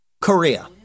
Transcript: Korea